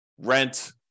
rent